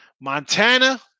Montana